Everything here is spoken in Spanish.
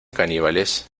caníbales